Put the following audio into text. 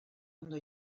ondo